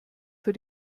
für